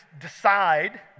decide